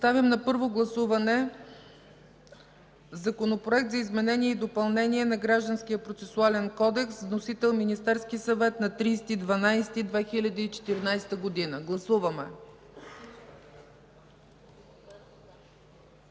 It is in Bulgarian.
Поставям на първо гласуване Законопроект за изменение и допълнение на Гражданския процесуален кодекс с вносител Министерския съвет на 30 декември 2014 г. Гласували